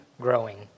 growing